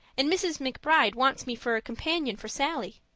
and mrs. mcbride wants me for a companion for sallie.